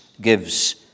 gives